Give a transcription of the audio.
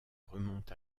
remonte